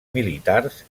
militars